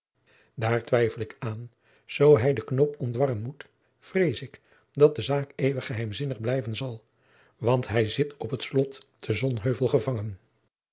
daar twijfel ik aan zoo hij den knoop ontjacob van lennep de pleegzoon warren moet vrees ik dat de zaak eeuwig geheimzinnig blijven zal want hij zit op het slot te sonheuvel